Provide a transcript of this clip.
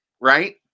Right